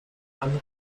anrede